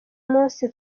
umunsi